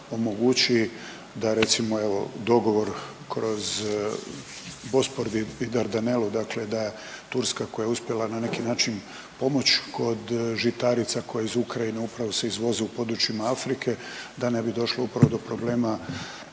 evo dogovor kroz Bospor i Dardanelu dakle da Turska koja je uspjela na neki način pomoć kod žitarica koje iz Ukrajine se upravo se izvoze u područjima Afrike da ne bi došlo upravo do problema